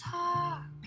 talk